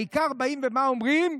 העיקר באים ומה אומרים?